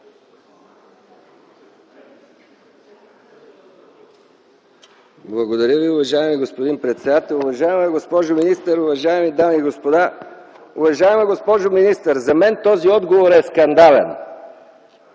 Благодаря Ви, уважаеми господин председател. Уважаема госпожо министър, уважаеми дами и господа народни представители! Уважаема госпожо министър, за мен този отговор е скандален.